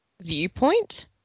viewpoint